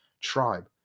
tribe